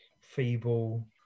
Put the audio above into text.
feeble